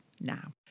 now